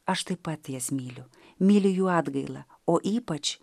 aš taip pat jas myliu myliu jų atgailą o ypač